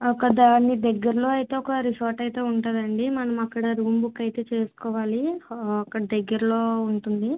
అక్కడ దాని దగ్గరలో అయితే ఒక రిసార్ట్ అయితే ఉంటుంది అండి మనము అక్కడ రూమ్ బుక్ అయితే చేసుకోవాలి అక్కడ దగ్గరలో ఉంటుంది